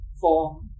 form